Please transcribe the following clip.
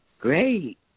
Great